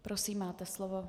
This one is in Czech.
Prosím, máte slovo.